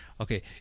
okay